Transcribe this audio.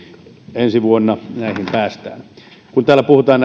ensi vuonna tähän päästään kun täällä puhutaan